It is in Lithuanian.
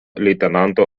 leitenanto